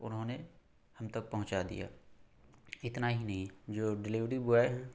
انھوں نے ہم تک پہنچا دیا اتنا ہی نہیں جو ڈلیوری بواۓ